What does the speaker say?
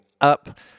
up